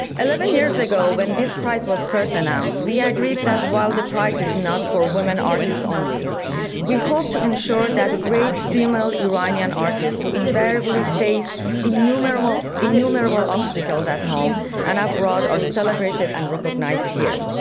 eleven years ago when this prize was first announced we agreed that while the prize is not for women artists only we hope to ensure that great female iranian artists who invariably face innumerable innumerable obstacles at home and abroad are celebrated and recognized here.